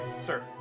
sir